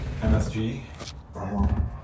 MSG